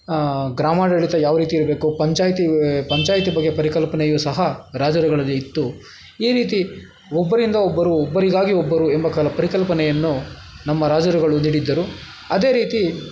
ಗ್ರಾಮಾಡಳಿತ ಯಾವ ರೀತಿ ಇರಬೇಕು ಪಂಚಾಯ್ತಿ ಪಂಚಾಯ್ತಿ ಬಗ್ಗೆ ಪರಿಕಲ್ಪನೆಯು ಸಹ ರಾಜರುಗಳಲ್ಲಿ ಇತ್ತು ಈ ರೀತಿ ಒಬ್ಬರಿಂದ ಒಬ್ಬರು ಒಬ್ಬರಿಗಾಗಿ ಒಬ್ಬರು ಎಂಬ ಕಲ ಪರಿಕಲ್ಪನೆಯನ್ನು ನಮ್ಮ ರಾಜರುಗಳು ನೀಡಿದ್ದರು ಅದೇ ರೀತಿ